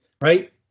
right